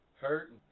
Hurt